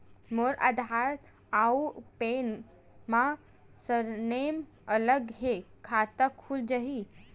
मोर आधार आऊ पैन मा सरनेम अलग हे खाता खुल जहीं?